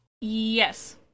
Yes